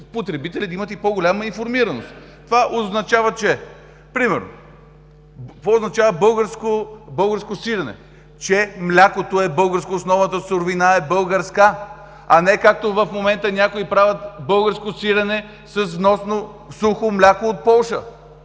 потребители, да имат и по-голяма информираност. Примерно какво означава българско сирене? Че млякото е българско, основната суровина е българска, а не както в момента някои правят българско сирене с вносно сухо мляко от Полша.